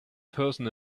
person